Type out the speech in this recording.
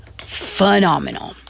phenomenal